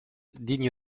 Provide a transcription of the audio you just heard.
digne